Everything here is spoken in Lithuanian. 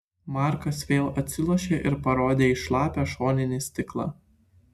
markas vėl atsilošė ir parodė į šlapią šoninį stiklą